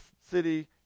city